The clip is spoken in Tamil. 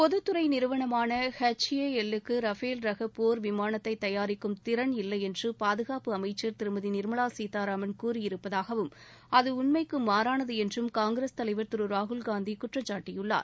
பொதுத்துறை நிறுவனமான ஹெச் ஏ எல் லுக்கு ரஃபேல் ரக போர் விமானத்தை தயாரிக்கும் திறன் இல்லையென்று பாதுகாப்புத்துறை அமைச்சர் திருமதி நிர்மலா சீதாராமன் கூறியிருப்பதாகவும் அது உண்மைக்கு மாறானது என்றும் காங்கிரஸ் தலைவர் திரு ராகுல்காந்தி குற்றம் சாட்டியுள்ளார்